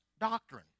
doctrine